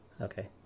Okay